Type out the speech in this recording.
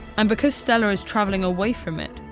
um because stella is traveling away from it,